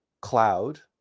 cloud